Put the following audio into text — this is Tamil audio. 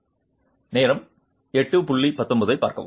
மாணவர் நேரம் 0819 பார்க்கவும்